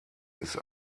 ist